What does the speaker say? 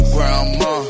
Grandma